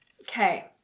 Okay